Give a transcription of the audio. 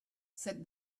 said